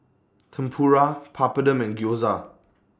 Tempura Papadum and Gyoza